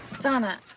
Donna